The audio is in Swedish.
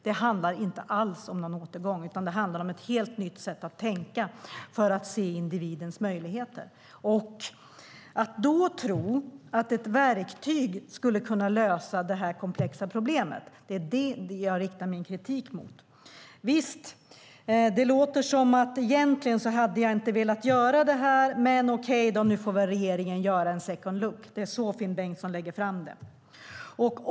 Det handlar inte alls om någon återgång, utan det handlar om ett helt nytt sätt att tänka för att se individens möjligheter. Att då tro att ett verktyg skulle kunna lösa det komplexa problemet är det jag riktar min kritik mot. Det låter som: Egentligen hade jag inte velat göra det här, men okej, nu får väl regeringen ta en second look. Det är så Finn Bengtsson lägger fram det.